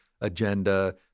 agenda